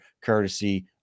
courtesy